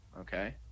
okay